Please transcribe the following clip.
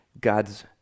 God's